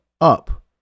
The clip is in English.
up